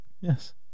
Yes